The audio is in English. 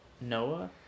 Noah